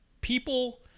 people